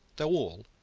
though all,